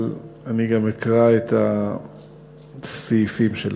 אבל אני גם אקרא את הסעיפים שלה.